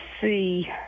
see